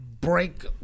break